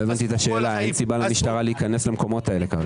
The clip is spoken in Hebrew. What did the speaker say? אין סיבה למשטרה להיכנס למקומות האלה.